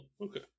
okay